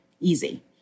easy